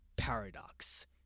paradox